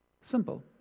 Simple